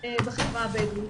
בחברה הבדואית.